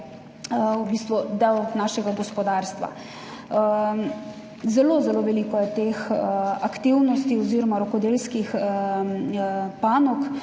del našega gospodarstva. Zelo, zelo veliko je teh aktivnosti oziroma rokodelskih panog.